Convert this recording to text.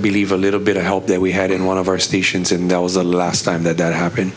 believe a little bit of help that we had in one of our stations and that was the last time that that happened